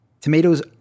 Tomatoes